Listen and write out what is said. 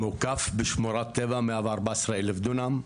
מוקף בשמורת טבע 114,000 דונם,